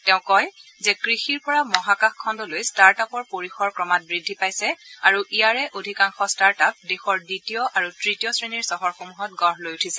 তেওঁ কয় যে কৃষিৰ পৰা মহাকাশ খণ্ডলৈ ষ্টাৰ্ট আপৰ পৰিসৰ ক্ৰমাৎ বৃদ্ধি পাইছে আৰু ইয়াৰে অধিকাংশ ষ্টাৰ্ট আপ দেশৰ দ্বিতীয় আৰু তৃতীয় শ্ৰেণীৰ চহৰসমূহত গঢ় লৈ উঠিছে